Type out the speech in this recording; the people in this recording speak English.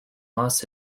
lost